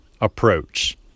approach